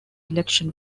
election